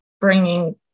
bringing